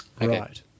Right